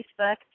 Facebook